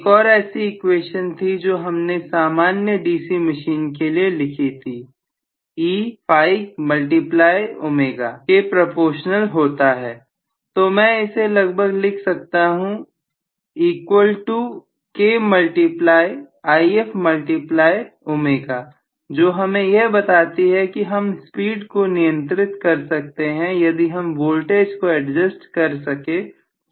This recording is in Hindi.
एक और ऐसी इक्वेशन थी जो हमने सामान्य DC मशीन के लिए लिखी थी E phi मल्टीप्लाई ओमेगा के प्रोपोर्शनल होता है तो मैं इसे लगभग लिख सकता हूं equal to K multiply If multiply ओमेगाजो हमें यह बताती है कि हम स्पीड को नियंत्रित कर सकते हैं यदि हम वोल्टेज को एडजस्ट कर सके जो वास्तव में बैक EMF है